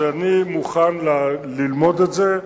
אני מוכן ללמוד את זה,